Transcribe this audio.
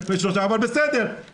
אבל בסדר.